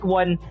one